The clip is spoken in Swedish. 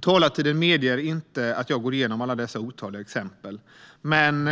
Talartiden medger inte att jag går igenom alla dessa otaliga exempel, men